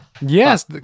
Yes